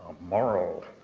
moral